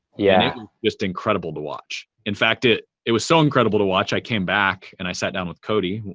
yeah just incredible to watch. in fact, it it was so incredible to watch, i came back and i sat down with cody,